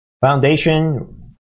Foundation